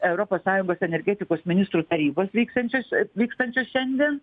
europos sąjungos energetikos ministrų tarybos vyksiančios vykstančios šiandien